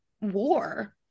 war